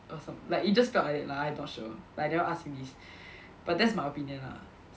or some~ like it just felt like that lah I not sure like I never ask him this but that's my opinion lah